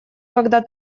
когда